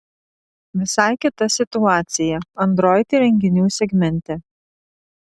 visai kita situacija android įrenginių segmente